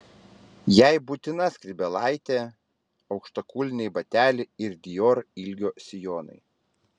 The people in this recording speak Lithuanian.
jai būtina skrybėlaitė aukštakulniai bateliai ir dior ilgio sijonai